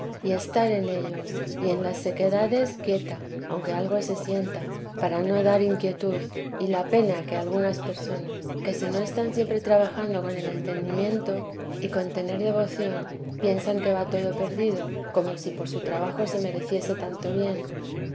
y estar en ellos y en las sequedades quieta aunque algo se sienta no para dar inquieteresa de jesús tud y la pena que a algunas personas que si no están siempre trabajando con el entendimiento y con tener devoción piensan que va todo perdido como si por su trabajo se mereciese tanto bien